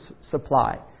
supply